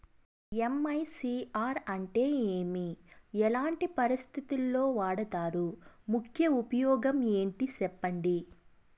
MICR అంటే ఏమి? ఎట్లాంటి పరిస్థితుల్లో వాడుతారు? ముఖ్య ఉపయోగం ఏంటి సెప్పండి?